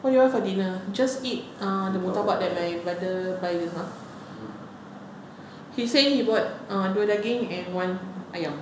what you want for dinner just eat err the murtabak that my mother buy in ah she say she bought ah dua daging and one ayam